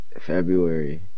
February